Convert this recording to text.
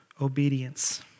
obedience